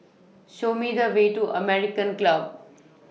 Show Me The Way to American Club